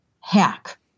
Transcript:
Hack